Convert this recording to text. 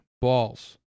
balls